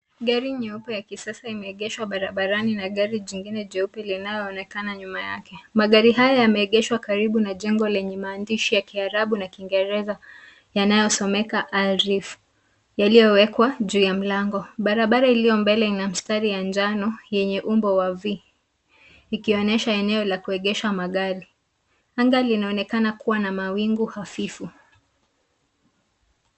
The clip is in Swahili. Gari mpya ya kisasa imegeshwa barabarani na gari jingine jeupe linaonekana nyuma yake. Magari haya yamegeshwa karibu na jengo lenye maandishi ya Kiarabu na Kiingereza yanayosomeka Alrif, yaliyo wekwa juu ya mlango. Barabara iliyo mbele ina mstari wa manjano wenye umbo wavi. Hili linawa eneo la kuegesha magari. Angali na onekana kuwa na mawingu hafifu.